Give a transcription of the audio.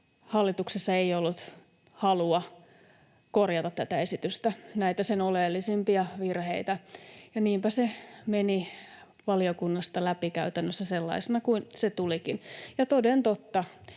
hallituksessa ei ollut halua korjata tätä esitystä, näitä sen oleellisimpia virheitä, ja niinpä se meni valiokunnasta läpi käytännössä sellaisena kuin se tulikin. Ja toden totta,